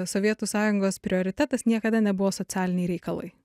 sovietų sąjungos prioritetas niekada nebuvo socialiniai reikalai